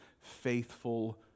faithful